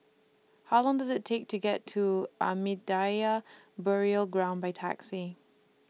How Long Does IT Take to get to Ahmadiyya Burial Ground By Taxi